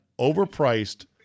overpriced